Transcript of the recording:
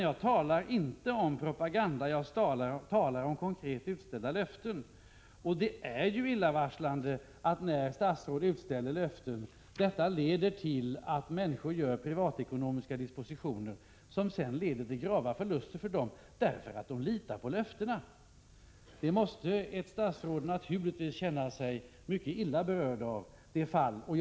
Jag talar inte om propaganda, utan jag talar om konkret utställda löften. Det är ju illavarslande att när ett statsråd utställer löften, detta leder till att människor gör privatekonomiska dispositioner som sedan medför grava förluster för dem, därför att de litar på löftena. Ett statsråd måste naturligtvis känna sig mycket illa berörd av det fall jag nämnde.